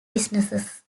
businesses